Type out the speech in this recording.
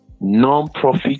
non-profit